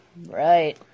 Right